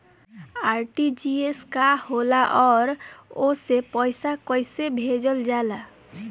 RTGS का होला आउरओ से पईसा कइसे भेजल जला?